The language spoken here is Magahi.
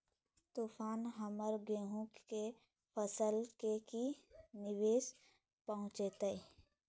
तूफान हमर गेंहू के फसल के की निवेस पहुचैताय?